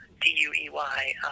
D-U-E-Y